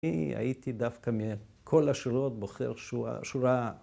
אני הייתי דווקא מ... ‫כל השורות בוחר שורה...